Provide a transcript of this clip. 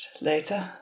later